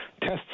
tests